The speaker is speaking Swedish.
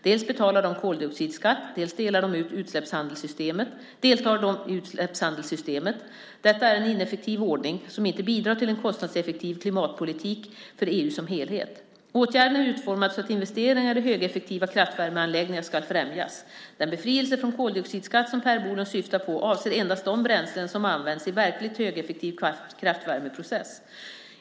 Dels betalar de koldioxidskatt, dels deltar de i utsläppshandelssystemet. Detta är en ineffektiv ordning som inte bidrar till en kostnadseffektiv klimatpolitik för EU som helhet. Åtgärden är utformad så att investeringar i högeffektiva kraftvärmeanläggningar ska främjas. Den befrielse från koldioxidskatt som Per Bolund syftar på avser endast de bränslen som används i verkligt högeffektiv kraftvärmeprocess.